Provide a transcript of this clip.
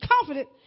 confident